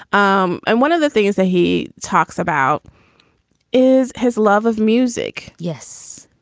um and one of the things that he talks about is his love of music. yes.